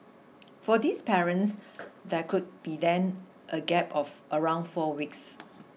for these parents there could be then a gap of around four weeks